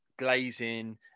Glazing